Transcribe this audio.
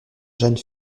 jane